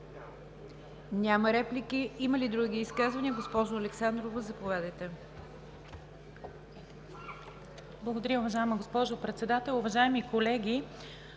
Няма. Има ли други изказвания? Госпожо Александрова, заповядайте.